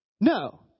No